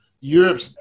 Europe